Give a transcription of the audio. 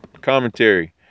commentary